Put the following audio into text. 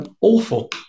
Awful